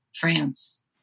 France